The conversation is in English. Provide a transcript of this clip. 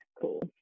cool